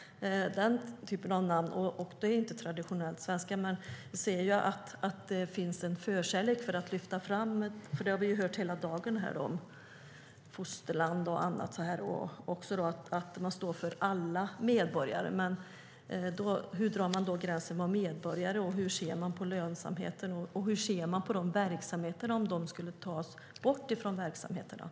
Det är inte traditionellt svenska namn, men det finns en förkärlek för att lyfta fram - det har vi ju hört hela dagen här - fosterland och annat. Man säger att man står för alla medborgare, men hur drar man då gränsen för vad som är medborgare? Hur ser man på lönsamheten? Och hur ser man på om den personalen skulle tas bort från verksamheterna?